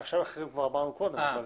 לגבי השניים האחרים כבר אמרנו קודם.